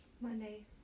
Monday